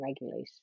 regulate